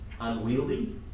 unwieldy